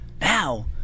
Now